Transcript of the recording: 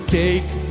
take